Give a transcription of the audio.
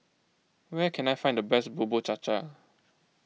where can I find the best Bubur Cha Cha